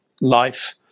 life